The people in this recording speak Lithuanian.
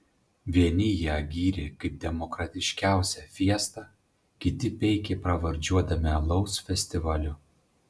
vieni ją gyrė kaip demokratiškiausią fiestą kiti peikė pravardžiuodami alaus festivaliu